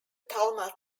talmud